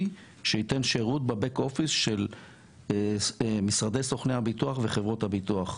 שייתן שירות בבאק אופיס של משרדי סוכני הביטוח וחברות הביטוח.